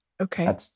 Okay